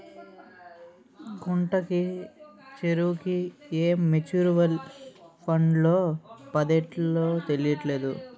గుంటడి చదువుకి ఏ మ్యూచువల్ ఫండ్లో పద్దెట్టాలో తెలీట్లేదు